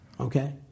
okay